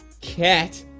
cat